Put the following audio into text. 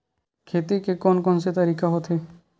खेती के कोन कोन से तरीका होथे?